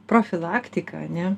profilaktiką ane